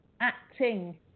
acting